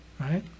Right